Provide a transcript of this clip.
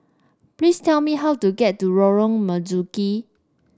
please tell me how to get to Lorong Marzuki